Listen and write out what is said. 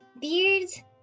beards